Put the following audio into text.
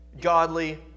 godly